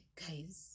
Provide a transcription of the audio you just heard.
guys